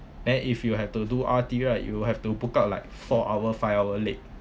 then if you have to do R_T right you will have to book out like four hour five hour late